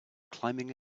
climbing